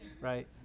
right